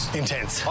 intense